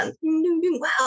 wow